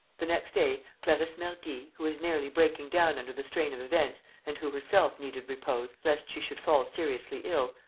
the next day clarisse mergy, who was nearly breaking down under the strain of events and who herself needed repose, lest she should fall seriously ill,